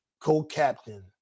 co-captain